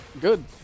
Good